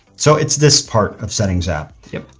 so it's this part of settings app. yep.